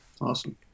Awesome